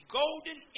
golden